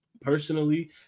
Personally